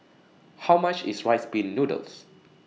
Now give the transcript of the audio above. How much IS Rice Pin Noodles